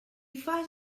fas